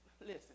listen